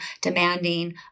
demanding